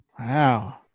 Wow